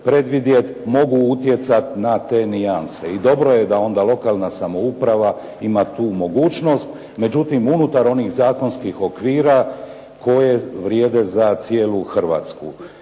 predvidjeti, mogu utjecati na te nijanse i dobro je da onda lokalna samouprava ima tu mogućnost. Međutim unutar onih zakonskih okvira koji vrijede za cijelu Hrvatsku.